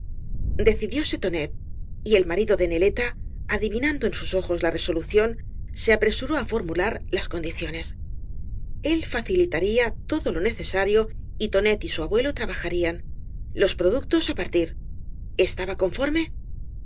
necesitaban decidióse tonet y el marido de neleta adivinando en sus ojos la resolución se apresuró formular las condiciones el facilitaría todo lo necesario y tonet y su abuelo trabajarían los pro ductos á partir estaba conforme